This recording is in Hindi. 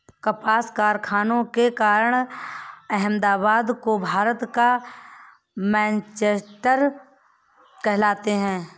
कपास कारखानों के कारण अहमदाबाद को भारत का मैनचेस्टर कहते हैं